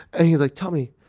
and he's like tell me,